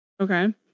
Okay